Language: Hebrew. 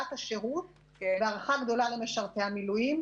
השירות והערכה גדולה למשרתי המילואים.